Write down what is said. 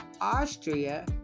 Austria